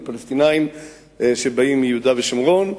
על פלסטינים שבאים מיהודה ושומרון,